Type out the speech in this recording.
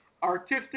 artistic